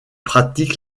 pratique